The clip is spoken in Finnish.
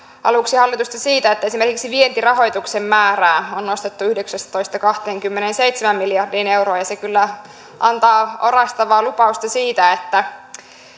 aluksi hallitusta siitä että esimerkiksi vientirahoituksen määrää on nostettu yhdeksästätoista kahteenkymmeneenseitsemään miljardiin euroon se kyllä antaa orastavaa lupausta siitä että